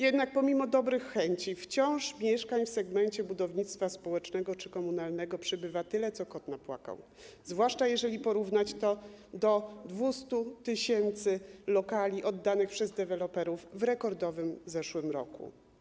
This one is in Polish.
Jednak pomimo dobrych chęci mieszkań w segmencie budownictwa społecznego czy komunalnego wciąż przybywa tyle, co kot napłakał, zwłaszcza jeżeli porównać to z 200 tys. lokali oddanych przez deweloperów w rekordowym zeszłym roku.